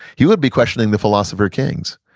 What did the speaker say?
he would be questioning the philosopher kings.